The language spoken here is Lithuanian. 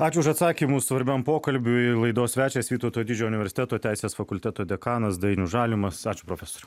ačiū už atsakymus svarbiam pokalbiui laidos svečias vytauto didžiojo universiteto teisės fakulteto dekanas dainius žalimas ačiū profesoriau